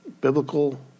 biblical